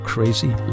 Crazy